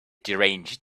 deranged